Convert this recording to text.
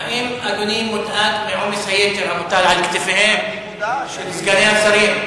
האם אדוני מודאג מעומס היתר המוטל על כתפיהם של סגני השרים?